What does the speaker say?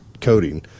coding